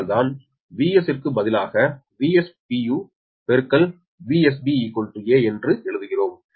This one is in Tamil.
அதனால்தான் 𝑽𝒔 க்கு பதிலாக Vs VsB a என்று எழுதுகிறோம்